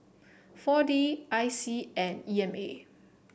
four D I C and E M A